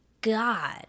God –